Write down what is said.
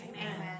Amen